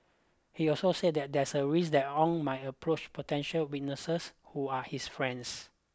he also said there is a risk that Ong might approach potential witnesses who are his friends